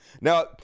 Now